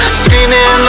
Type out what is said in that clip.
screaming